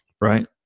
Right